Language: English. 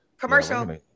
Commercial